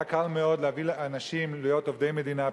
היה קל מאוד להביא אנשים להיות עובדי מדינה,